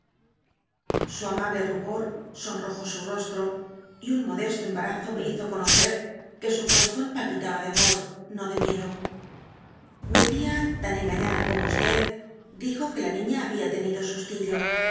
su amable rubor sonrojó su rostro y un modesto embarazo me hizo conocer que su corazón palpitaba de amornode miedo mi tía tan engañada como dijo que la niña había te nido sustillo